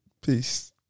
Peace